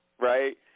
right